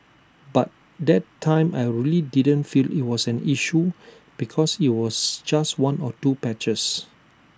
but that time I really didn't feel IT was an issue because IT was just one or two patches